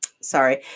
sorry